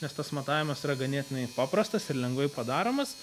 nes tas matavimas yra ganėtinai paprastas ir lengvai padaromas